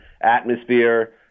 atmosphere